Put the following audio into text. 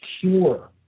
cure